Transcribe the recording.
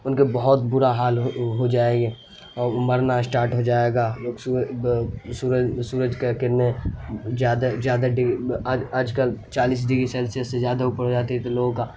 ان کا بہت برا حال ہو جائے گے مرنا اسٹارٹ ہو جائے گا سورج سورج سورج کا کرنیں زیادہ زیادہ آج آج کل چالیس ڈگری سیلسیس سے زیادہ اوپر ہو جاتی ہے تو لوگوں کا